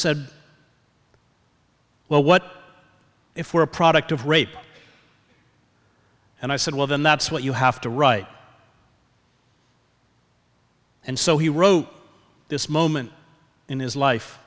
said well what if we're a product of rape and i said well then that's what you have to right and so he wrote this moment in his life